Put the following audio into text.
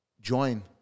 Join